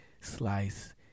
Slice